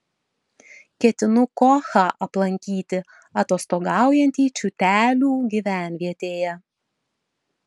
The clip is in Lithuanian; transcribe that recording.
ketinu kochą aplankyti atostogaujantį čiūtelių gyvenvietėje